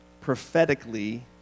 prophetically